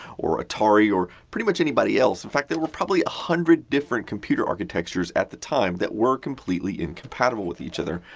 or atari, or pretty much anybody else. in fact, there were probably a hundred different computer architectures at the time that were completely incompatible with each other.